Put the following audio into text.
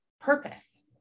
purpose